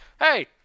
hey